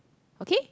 okay